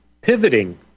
pivoting